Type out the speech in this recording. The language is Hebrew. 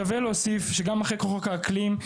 שווה להוסיף שגם אחרי חוק האקלים,